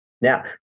Now